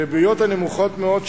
הריביות הנמוכות מאוד,